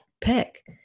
pick